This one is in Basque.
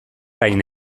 hain